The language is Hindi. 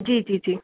जी जी जी